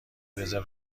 رزرو